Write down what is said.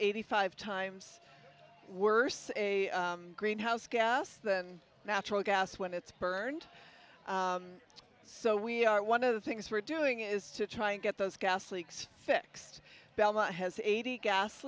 eighty five times worse a greenhouse gas than natural gas when it's burned so we are one of the things we're doing is to try and get those gas leaks fixed belmont has eighty gas